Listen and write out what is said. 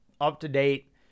up-to-date